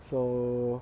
so